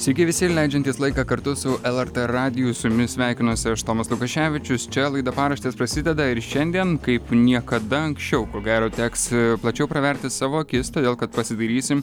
sveiki visi leidžiantys laiką kartu su lrt radiju su jumis sveikinuosi aš tomas lukoševičius čia laida paraštės prasideda ir šiandien kaip niekada anksčiau ko gero teks plačiau praverti savo akis todėl kad pasidairysim